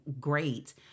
great